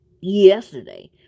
yesterday